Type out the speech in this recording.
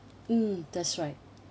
mm that's right